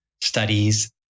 studies